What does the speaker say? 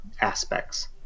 aspects